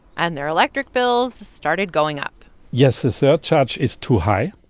and their electric bills started going up yes, the surcharge is too high.